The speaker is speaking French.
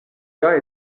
gars